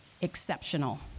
exceptional